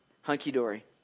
hunky-dory